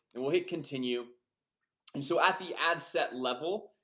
and we'll hit continue and so at the ad set level,